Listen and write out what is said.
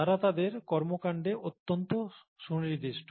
তারা তাদের কর্মকাণ্ডে অত্যন্ত সুনির্দিষ্ট